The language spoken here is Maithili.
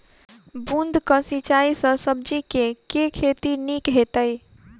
बूंद कऽ सिंचाई सँ सब्जी केँ के खेती नीक हेतइ?